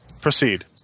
Proceed